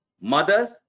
mothers